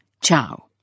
Ciao